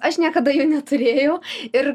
aš niekada jų neturėjau ir